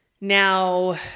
Now